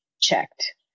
checked